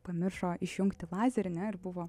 pamiršo išjungti lazerį ne ir buvo